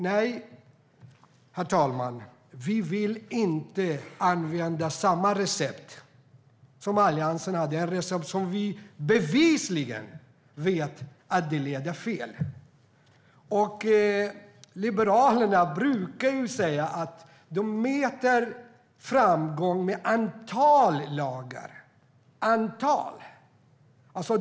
Nej, herr talman, vi vill inte använda samma recept som Alliansen hade. Vi vet att det receptet bevisligen leder fel. Liberalerna brukar säga att de mäter framgång i antal lagar - antal.